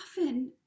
often